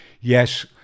yes